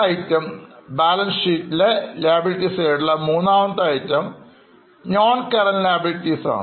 Item number 3 is non current liabilities